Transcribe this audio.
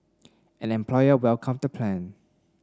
an employer welcomed the plan